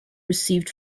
received